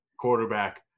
quarterback